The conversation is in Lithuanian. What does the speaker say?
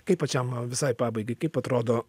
kaip pačiam visai pabaigai kaip atrodo